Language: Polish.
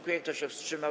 Kto się wstrzymał?